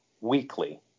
weekly